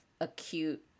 acute